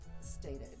stated